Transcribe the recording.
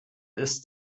ist